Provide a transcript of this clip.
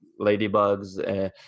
ladybugs